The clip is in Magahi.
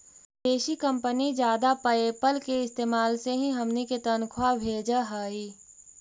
विदेशी कंपनी जादा पयेपल के इस्तेमाल से ही हमनी के तनख्वा भेजऽ हइ